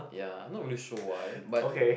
ya not really sure why but